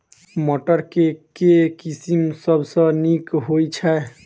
मटर केँ के किसिम सबसँ नीक होइ छै?